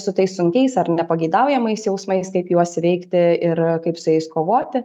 su tais sunkiais ar nepageidaujamais jausmais kaip juos įveikti ir kaip su jais kovoti